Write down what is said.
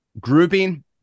grouping